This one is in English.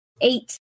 Eight